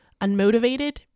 unmotivated